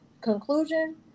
conclusion